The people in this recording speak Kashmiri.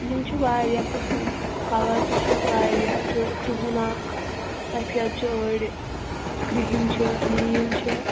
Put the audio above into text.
یِم چھِ واریاہ قٕسٕم کَلَر تہِ چھِ یَتھ واریاہ اَسہِ چھُ کرٛہُن اَکھ سَفید چھِ أڑۍ کِرٛہِنۍ چھِ نیٖل چھِ